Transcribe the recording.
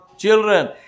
children